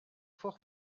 fort